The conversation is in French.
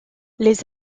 les